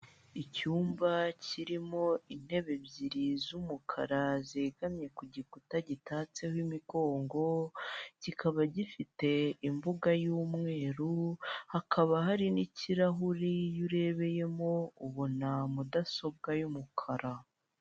Icyumba kirimo intebe ebyiri z'umukara zegamye ku gikuta gitatsemo imigongo, kikaba gifite imbuga y'umweru hakaba hari n'ikirahuri, iyo urebeyemo ubona mudasobwa y'umukara.